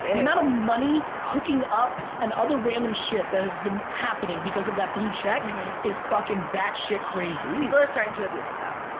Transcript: the amount of money, hooking up, and other random shit that has been happening because of that blue check is fuckin' batshit crazy. sheesh. people are starting to abuse it, though.